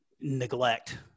neglect